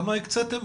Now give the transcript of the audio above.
מה השיעור שהקציתם?